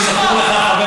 כפי שזכור לך,